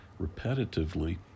repetitively